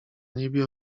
niebie